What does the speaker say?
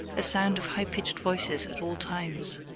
a sound of high-pitched voices at all times.